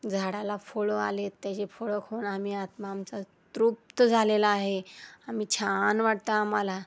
झाडाला फळं आले त्याचे फळं खाऊन आम्ही आत्मा आमचा तृप्त झालेला आहे आम्ही छान वाटतं आम्हाला